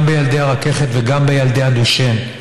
גם בילדי הרככת וגם בילדי הדושן,